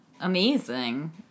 Amazing